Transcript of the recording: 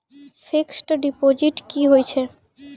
Fixed deposit की होय छै?